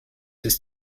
ist